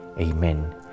Amen